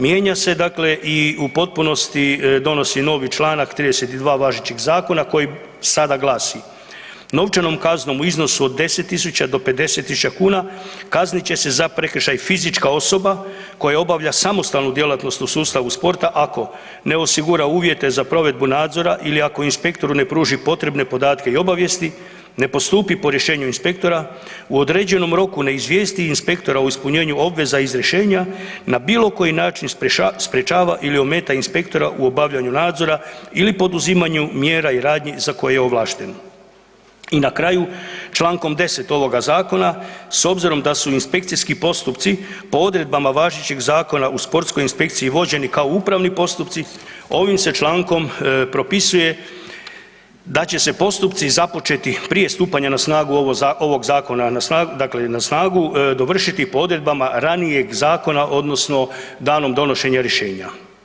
Mijenja se dakle i u potpunosti donosi novi članak 32. važećeg Zakona koji sada glasi: „Novčanom kaznom u iznosu od 10 do 50 tisuća kuna kaznit će se za prekršaj fizička osoba koja obavlja samostalnu djelatnost u sustavu sporta ako ne osigura uvjete za provedbu nadzora ili ako inspektoru ne pruži potrebne podatke i obavijesti, ne postupi po rješenju inspektora, u određenom roku ne izvijesti inspektora o ispunjenju obveza iz rješenja, na bilo koji način sprječava ili ometa inspektora u obavljanju nadzora ili poduzimanju mjera i radnji za koje je ovlašten.“ I na kraju člankom 10. ovoga Zakona s obzirom da su inspekcijski postupci po odredbama važećeg Zakona o sportskoj inspekciji vođeni kao upravni postupci ovim se člankom propisuje da će se postupci započeti prije stupanja na snagu ovoga Zakona na snagu dovršiti po odredbama ranijeg zakona odnosno danom donošenja rješenja.